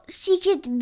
secret